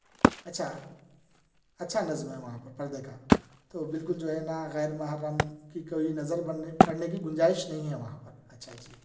اچھا اچھا نظم ہے وہاں پر پردے کا تو بالکل جو ہے نا غیر محرم کی کوئی نظر بڑنے پڑنے کی گنجائش نہیں ہے وہاں پر اچھا جی